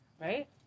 Right